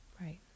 right